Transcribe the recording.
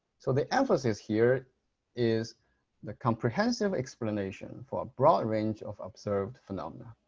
so the emphasis here is the comprehensive explanation for a broad range of observed phenomena.